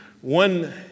One